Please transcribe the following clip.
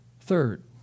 third